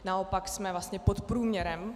Naopak jsme vlastně pod průměrem.